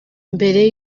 mbere